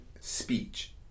speech